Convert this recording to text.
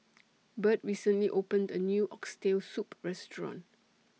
Birt recently opened A New Oxtail Soup Restaurant